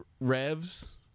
revs